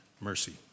mercy